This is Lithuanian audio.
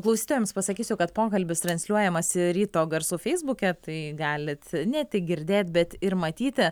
klausytojams pasakysiu kad pokalbis transliuojamas ryto garsų feisbuke tai galit ne tik girdėt bet ir matyti